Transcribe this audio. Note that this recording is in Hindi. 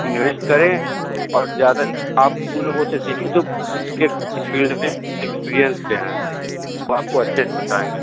इन्वेस्ट करें और ज़्यादा आप उन लोगों से सीखें जो इस फील्ड में एक्सपीरिएंस्ड हैं वो आपको अच्छे से बताएंगे